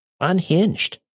unhinged